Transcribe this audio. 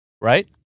right